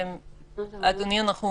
אדוני, אנחנו